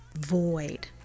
void